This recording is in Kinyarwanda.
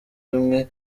bimwe